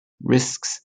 risks